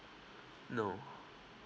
no